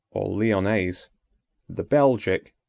or lyonnese, the belgic,